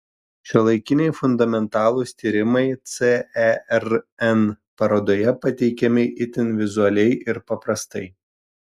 šiuolaikiniai fundamentalūs tyrimai cern parodoje pateikiami itin vizualiai ir paprastai